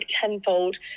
tenfold